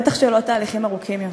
בטח שלא מתהליכים ארוכים יותר.